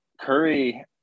Curry